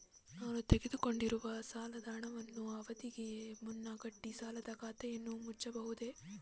ನಾನು ತೆಗೆದುಕೊಂಡಿರುವ ಸಾಲದ ಹಣವನ್ನು ಅವಧಿಗೆ ಮುನ್ನ ಕಟ್ಟಿ ಸಾಲದ ಖಾತೆಯನ್ನು ಮುಚ್ಚಬಹುದೇ?